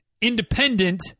independent